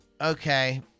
Okay